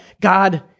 God